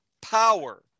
power